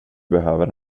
behöver